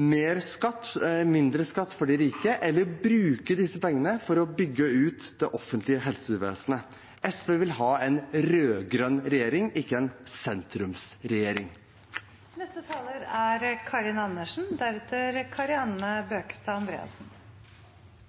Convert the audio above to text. mindre skatt for de rike eller bruke disse pengene på å bygge ut det offentlige helsevesenet. SV vil ha en rød-grønn regjering, ikke en sentrumsregjering. Jeg tror ikke det er